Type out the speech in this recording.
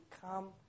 come